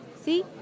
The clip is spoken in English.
See